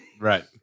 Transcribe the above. Right